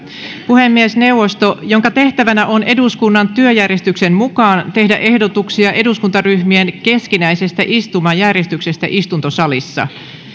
puhemiesneuvosto jonka tehtävänä on eduskunnan työjärjestyksen mukaan tehdä ehdotuksia eduskuntaryhmien keskinäisestä istumajärjestyksestä istuntosalissa